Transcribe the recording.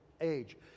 age